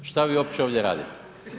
Što vi uopće ovdje radite.